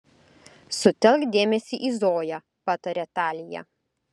sutelk dėmesį į zoją patarė talija